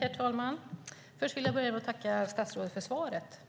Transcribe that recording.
Herr talman! Jag vill börja med att tacka statsrådet för svaret.